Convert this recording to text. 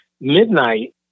midnight